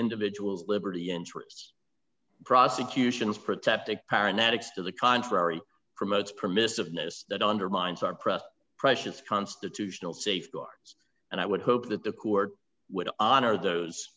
individuals liberty interests prosecution is protected paramedics to the contrary promotes permissiveness that undermines our press precious constitutional safeguards and i would hope that the court would honor those